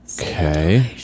Okay